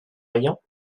riant